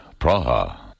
Praha